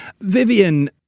Vivian